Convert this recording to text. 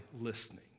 listening